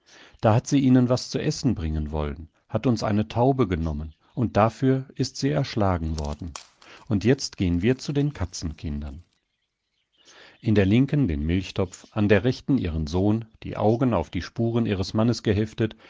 da hat sie ihnen was zu essen bringen wollen hat uns eine taube genommen und dafür ist sie erschlagen worden und jetzt gehen wir zu den katzenkindern in der linken den milchtopf an der rechten ihren sohn die augen auf die spuren ihres mannes geheftet